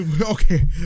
Okay